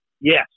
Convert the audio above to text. yes